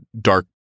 dark